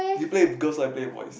you play because I play voice